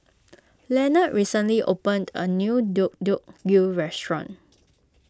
Lanette recently opened a new Deodeok Gui restaurant